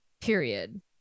Period